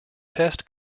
test